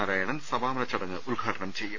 നാരായണൻ സമാപന ചടങ്ങ് ഉദ്ഘാടനം ചെയ്യും